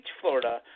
Florida